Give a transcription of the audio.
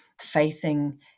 facing